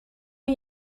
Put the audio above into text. een